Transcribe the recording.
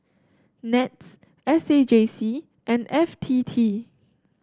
NETS S A J C and F T T